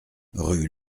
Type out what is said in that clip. rue